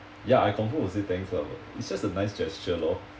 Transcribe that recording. ya I confirm will say thanks lah but it's just a nice gesture lor